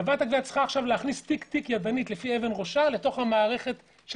חברת הגבייה צריכה להכניס תיק-תיק ידנית לפי אבן ראשה לתוך המערכת של